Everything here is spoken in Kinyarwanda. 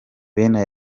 bene